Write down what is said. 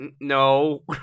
no